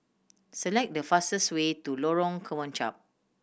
select the fastest way to Lorong Kemunchup